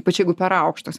bet čia jeigu per aukštos